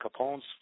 Capone's